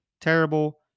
terrible